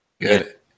Good